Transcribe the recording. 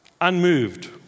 unmoved